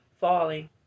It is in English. Falling